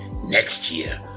next year,